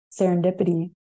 serendipity